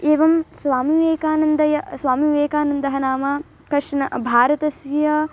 एवं स्वामिविवेकानन्दः स्वामिविवेककानन्दः नाम कश्चन भारतस्य